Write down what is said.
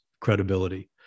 credibility